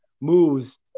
moves